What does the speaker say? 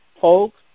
folks